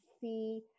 see